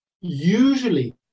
usually